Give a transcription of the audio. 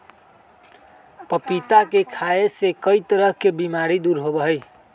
पपीता के खाय से कई तरह के बीमारी दूर होबा हई